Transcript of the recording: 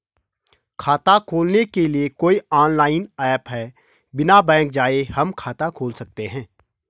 खाता खोलने के लिए कोई ऑनलाइन ऐप है बिना बैंक जाये हम खाता खोल सकते हैं?